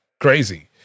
crazy